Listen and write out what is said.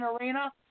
arena